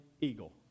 eagle